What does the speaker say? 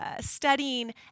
studying